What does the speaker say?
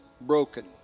broken